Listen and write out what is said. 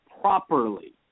properly